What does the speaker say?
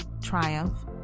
triumph